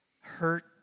hurt